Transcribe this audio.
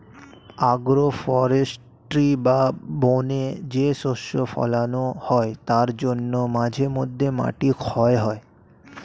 agro forestry বা বনে যে শস্য ফোলানো হয় তার জন্য মাঝে মধ্যে মাটি ক্ষয় হয়